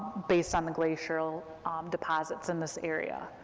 based on the glacial deposits in this area,